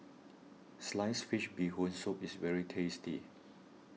Sliced Fish Bee Hoon Soup is very tasty